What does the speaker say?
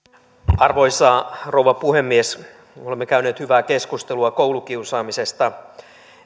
arvoisa rouva puhemies olemme käyneet hyvää keskustelua koulukiusaamisesta